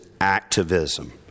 activism